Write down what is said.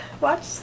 Watch